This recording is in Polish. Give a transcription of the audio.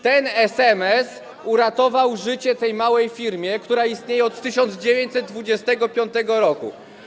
Ten SMS uratował życie tej małej firmie, która istnieje od 1925 r.